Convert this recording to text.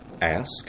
Ask